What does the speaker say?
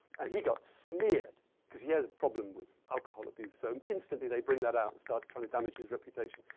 and he got smeared cause he had a problem with alcohol abuse. so, instantly they bring that out and start trying to damage his reputation.